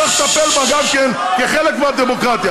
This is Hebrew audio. צריך לטפל גם בה כחלק מהדמוקרטיה.